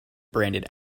branded